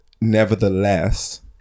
nevertheless